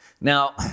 Now